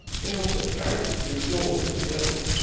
they also carried two swords in the girdle,